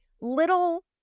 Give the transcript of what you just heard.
little